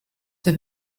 der